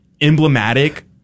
emblematic